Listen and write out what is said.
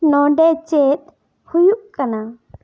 ᱱᱚᱰᱮ ᱪᱮᱫ ᱦᱩᱭᱩᱜ ᱠᱟᱱᱟ